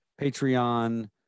Patreon